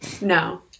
No